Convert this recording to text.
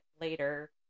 later